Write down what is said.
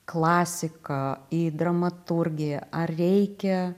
klasiką į dramaturgiją ar reikia